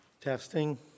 Testing